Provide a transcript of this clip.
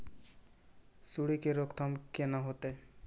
सुंडी के रोकथाम केना होतै?